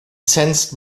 sensed